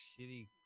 shitty